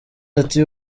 ati